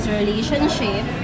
relationship